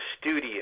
studio